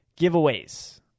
giveaways